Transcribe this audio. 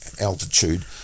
altitude